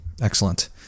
Excellent